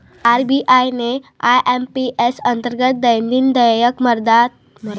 RBI ने IMPS अंतर्गत दैनंदिन देयक मर्यादा निश्चित केली आहे